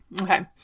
Okay